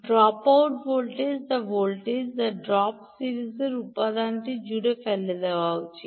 dropout voltage যা voltage যা ড্রপটি সিরিজের উপাদানটি জুড়ে ফেলে দেওয়া উচিত